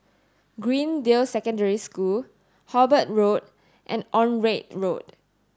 Greendale Secondary School Hobart Road and Onraet Road